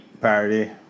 Parody